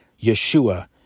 Yeshua